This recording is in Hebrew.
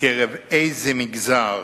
בקרב איזה מגזר